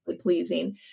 pleasing